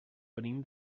venim